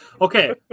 Okay